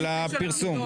של דינים.